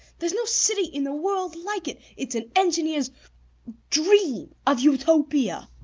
there is no city in the world like it it's an engineer's dream of utopia.